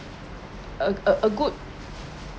a a good